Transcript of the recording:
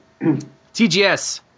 TGS